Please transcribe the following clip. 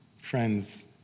friends